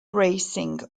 racing